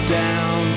down